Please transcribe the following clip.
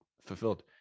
fulfilled